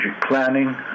planning